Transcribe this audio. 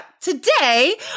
today